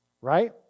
right